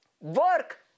work